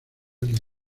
línea